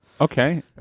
Okay